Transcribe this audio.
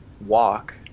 walk